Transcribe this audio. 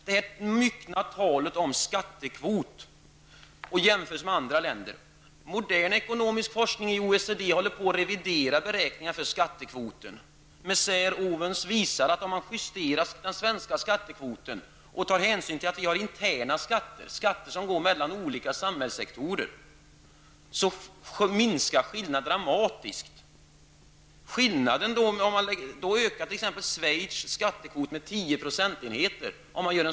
Låt mig ta upp det myckna talet om skattekvot och jämförelser med andra länder. I den moderna ekonomiska forskningen inom OECD håller man på att revidera beräkningar för skattekvoten. Messere och Owens har visat att om man justerar den svenska skattekvoten och tar hänsyn till att det finns interna skatter, skatter som går mellan olika samhällssektorer, minskar skillnaderna dramatiskt. Om en sådan beräkning görs höjs Schweiz skattekvot med 10 procentenheter.